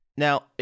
Now